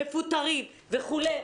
מפוטרים וכולי.